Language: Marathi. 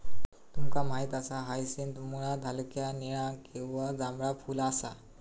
तुमका माहित असा हायसिंथ मुळात हलक्या निळा किंवा जांभळा फुल असा